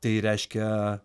tai reiškia